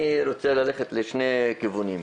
אני רוצה ללכת לשני כיוונים,